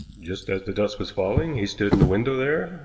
just as the dusk was falling he stood in the window there,